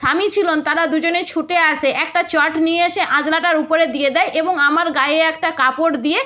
স্বামী ছিলেন তারা দুজনেই ছুটে আসে একটা চট নিয়ে এসে আঁচলাটার উপরে দিয়ে দেয় এবং আমার গায়ে একটা কাপড় দিয়ে